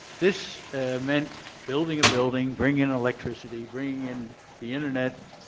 this meant building a building, bringing in electricity, bringing in the internet,